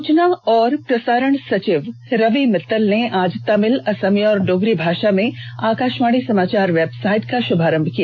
सूचना और प्रसारण सचिव रवि मित्तल ने आज तमिल असमिया और डोगरी भाषा में आकाशवाणी समाचार वेबसाईट का शुभारम्भ किया